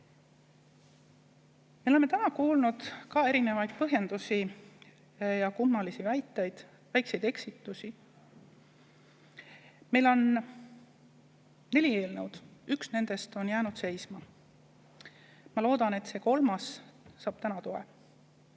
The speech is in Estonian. Me oleme täna kuulnud erinevaid põhjendusi ja kummalisi väiteid, ka väikseid eksitusi. Meil on neli eelnõu, üks nendest on jäänud seisma. Ma loodan, et see kolmas saab täna toe.